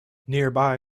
nearby